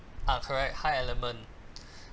ah correct high element